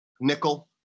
nickel